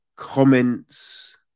Comments